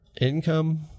income